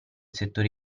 settore